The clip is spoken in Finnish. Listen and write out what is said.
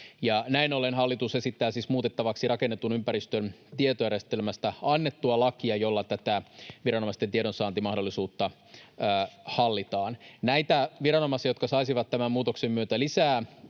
näin ollen hallitus esittää siis muutettavaksi rakennetun ympäristön tietojärjestelmästä annettua lakia, jolla tätä viranomaisten tiedonsaantimahdollisuutta hallitaan. Näitä viranomaisia, jotka saisivat tämän muutoksen myötä lisää